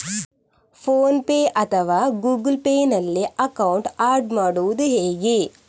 Phone pay ಅಥವಾ Google Pay ನಲ್ಲಿ account add ಮಾಡುವುದು ಹೇಗೆ?